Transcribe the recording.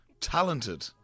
talented